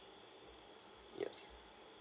yes